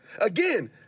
Again